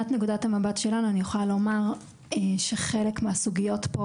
אני יכולה לומר שחלק מהסוגיות פה